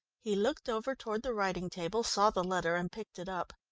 he looked over toward the writing-table, saw the letter, and picked it up.